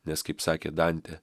nes kaip sakė dantė